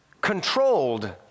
controlled